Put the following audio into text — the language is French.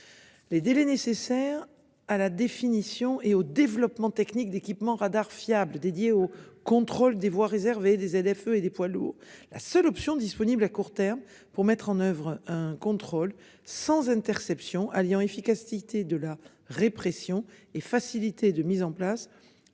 Les délais nécessaires à la définition et au développement technique d'équipements radar fiable dédiés au contrôle des voies réservées des ZFE et des poids lourds. La seule option disponible à court terme pour mettre en oeuvre un contrôle sans interception alliant efficacité de la répression et facilité de mise en place